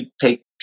take